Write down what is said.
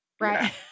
right